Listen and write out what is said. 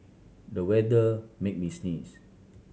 the weather made me sneeze